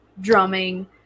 drumming